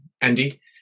Andy